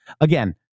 again